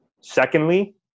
Secondly